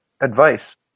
advice